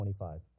25